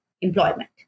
employment